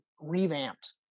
revamped